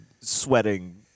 sweating